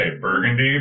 Burgundy